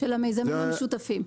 היא בתוקף.